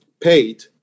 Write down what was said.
paid